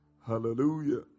Hallelujah